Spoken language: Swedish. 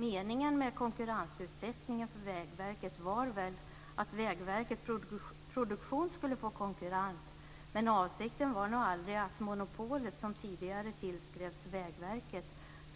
Meningen med konkurrensutsättningen för Vägverket var att Vägverket produktion skulle få konkurrens, men avsikten var nog aldrig att monopolet, som tidigare tillskrevs Vägverket,